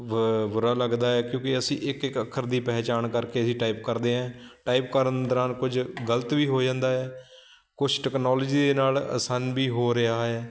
ਬ ਬੁਰਾ ਲੱਗਦਾ ਹੈ ਕਿਉਂਕਿ ਅਸੀਂ ਇੱਕ ਇੱਕ ਅੱਖਰ ਦੀ ਪਹਿਚਾਣ ਕਰਕੇ ਹੀ ਟਾਈਪ ਕਰਦੇ ਹਾਂ ਟਾਈਪ ਕਰਨ ਦੌਰਾਨ ਕੁਝ ਗਲਤ ਵੀ ਹੋ ਜਾਂਦਾ ਹੈ ਕੁਛ ਟੈਕਨੋਲਜੀ ਦੇ ਨਾਲ ਆਸਾਨ ਵੀ ਹੋ ਰਿਹਾ ਹੇ